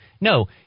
No